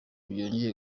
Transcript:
byongera